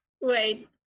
Wait